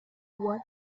what